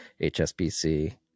HSBC